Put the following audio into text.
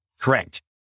Correct